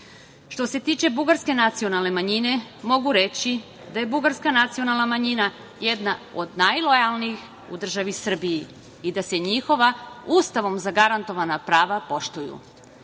se tiče bugarske nacionalne manjine, mogu reći da je bugarska nacionalna manjina jedna od najlojalnijih u državi Srbiji i da se njihova Ustavom zagarantovana prava poštuju. Što